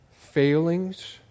failings